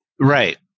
Right